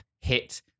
hit